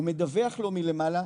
הוא מדווח לו מלמעלה,